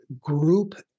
group